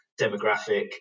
Demographic